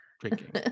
drinking